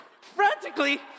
frantically